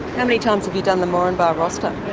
how many times have you done the moranbah roster?